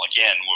Again